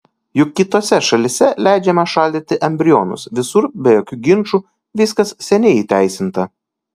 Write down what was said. juk kitose šalyse leidžiama šaldyti embrionus visur be jokių ginčų viskas seniai įteisinta